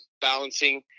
balancing